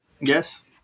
Yes